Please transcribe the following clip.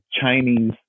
Chinese